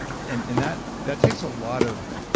and and that that takes a lot of